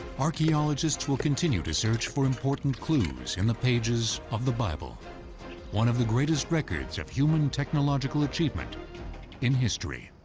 archaeologists will continue to search for important clues in the pages of the bible one of the greatest records of human technological achievement in history.